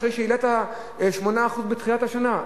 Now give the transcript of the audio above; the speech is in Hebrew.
אחרי שהעלית 8% בתחילת השנה?